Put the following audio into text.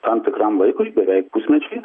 tam tikram laikui beveik pusmečiui